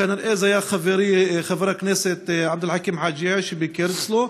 כנראה זה היה חברי חבר הכנסת עבד אל חכים חאג' יחיא שביקר אצלו,